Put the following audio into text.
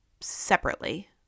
separately